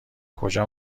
کجا